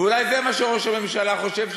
ואולי זה מה שראש הממשלה חושב,